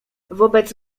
wobec